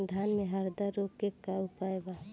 धान में हरदा रोग के का उपाय बा?